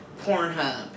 Pornhub